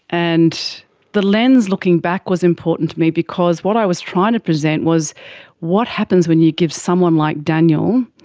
and the lens looking back was important to me because what i was trying to present was what happens when you give someone like daniel,